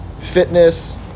Fitness